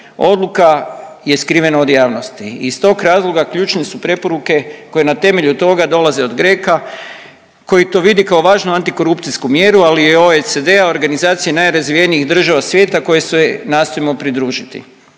odluka je skriveno od javnosti i iz tog razloga ključne su preporuke koje na temelju toga dolaze od GRECO-a koji to vidi kao važnu antikorupcijsku mjeru ali i OECD-a organizacije najrazvijenijih država svijeta koje se je nastojimo pridružiti.